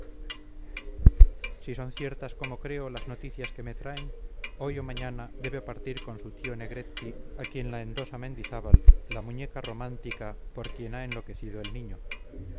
si son ciertas como creo las noticias que me traen hoy o mañana debe partir con su tío negretti a quien la endosa mendizábal la muñeca romántica por quien ha enloquecido el niño